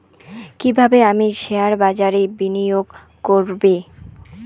কিভাবে আমি শেয়ারবাজারে বিনিয়োগ করবে?